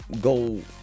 go